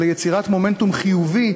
אלא יצירת מומנטום חיובי,